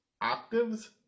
octaves